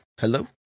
Hello